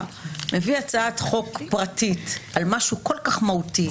מביא הצעת חוק פרטית על משהו כל כך מהותי,